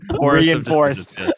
reinforced